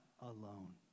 alone